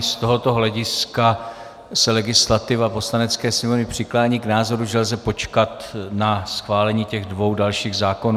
Z tohoto hlediska se legislativa Poslanecké sněmovny přiklání k názoru, že lze počkat na schválení těch dvou dalších zákonů.